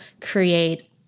create